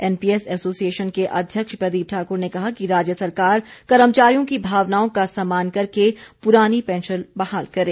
NPS association के अध्यक्ष प्रदीप ठाकुर ने कहा कि राज्य सरकार कर्मचारियों की भावनाओं का सम्मान करके पुरानी पैंशन बहाल करें